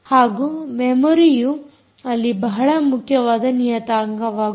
ಹಾಗೂ ಮೆಮೊರಿಯು ಅಲ್ಲಿ ಬಹಳ ಮುಖ್ಯವಾದ ನಿಯತಾಂಕವಾಗುತ್ತದೆ